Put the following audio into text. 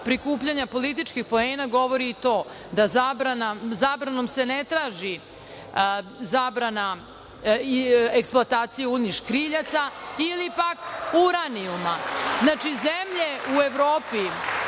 prikupljanja političkih poena govori i to da zabranom se ne traži zabrana eksploatacije uljnih škriljaca ili pak uranijuma. Znači, zemlje u Evropi